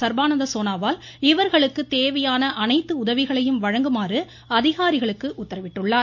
சர்பானந்த சோனாவால் இவர்களுக்கு தேவையான அனைத்து உதவிகளையும் வழங்குமாறு அதிகாரிகளுக்கு உத்தரவிட்டுள்ளார்